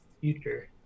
future